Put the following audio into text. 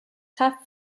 tough